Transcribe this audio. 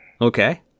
okay